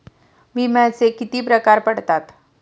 विम्याचे किती प्रकार पडतात?